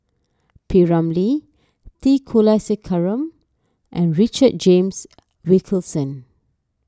P Ramlee T Kulasekaram and Richard James Wilkinson